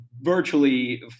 virtually